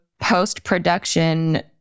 post-production